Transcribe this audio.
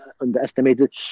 underestimated